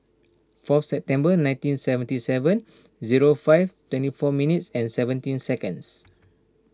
four September nineteen seventy seven zero five twenty four minutes and seventeen seconds